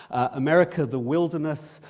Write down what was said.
america the wilderness,